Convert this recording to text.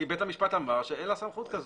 כי בית המשפט אמר שאין לה סמכות כזו.